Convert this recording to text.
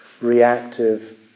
reactive